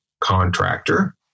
contractor